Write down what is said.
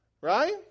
Right